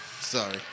Sorry